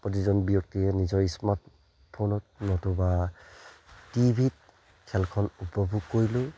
প্ৰতিজন ব্যক্তিয়ে নিজৰ স্মাৰ্টফোনত নতুবা টি ভিত খেলখন উপভোগ কৰিলেও